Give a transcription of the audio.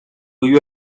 you